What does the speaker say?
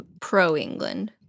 pro-England